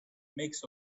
makes